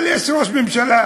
אבל יש ראש ממשלה,